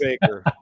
Baker